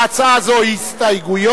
להצעה זו הסתייגויות,